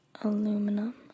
aluminum